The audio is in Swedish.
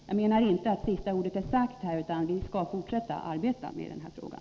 Jag menar att sista ordet inte är sagt, utan vi skall fortsätta att arbeta med den här frågan.